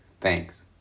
Thanks